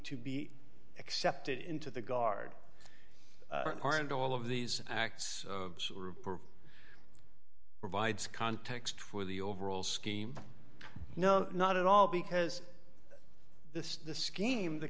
to be accepted into the guard aren't all of these acts provides context for the overall scheme no not at all because the scheme the